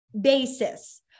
basis